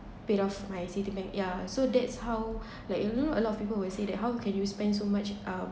paid off my citibank yeah so that's how like you know a lot of people will say that how can you spend so much um